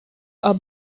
are